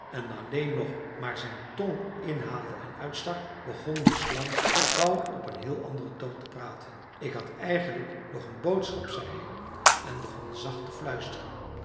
en alleen nog maar zijn tong inhaalde en uitstak begon de slang gauw op een heel anderen toon te praten ik had eigenlijk nog een boodschap zei hij en begon zacht te fluisteren